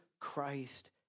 Christ